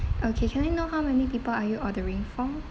okay can I know how many people are you ordering for